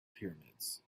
pyramids